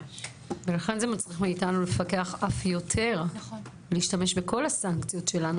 ולכן זה מצריך מאיתנו לפקח אף יותר ולהשתמש בכל הסנקציות שלנו.